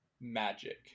magic